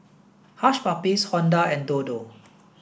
Hush Puppies Honda and Dodo